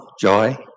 joy